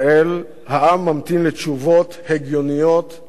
העם ממתין לתשובות הגיוניות, אמיצות,